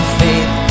faith